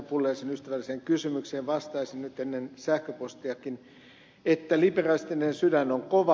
pulliaisen ystävälliseen kysymykseen vastaisin nyt ennen sähköpostiakin että liberalistinen sydän on kova